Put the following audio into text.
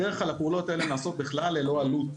בדרך כלל הפעולות האלה נעשות בכלל ללא עלות.